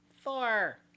Thor